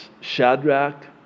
Shadrach